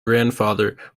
grandfather